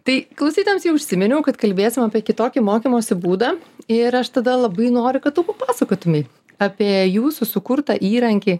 tai klausytojams jau užsiminiau kad kalbėsim apie kitokį mokymosi būdą ir aš tada labai noriu kad tu papasakotumei apie jūsų sukurtą įrankį